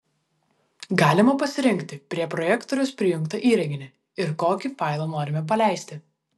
galima pasirinkti prie projektoriaus prijungtą įrenginį ir kokį failą norime paleisti